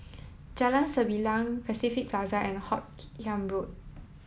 Jalan Sembilang Pacific Plaza and Hoot Kiam Road